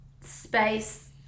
space